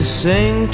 sing